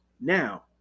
Now